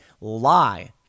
lie